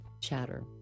chatter